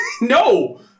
No